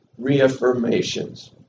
reaffirmations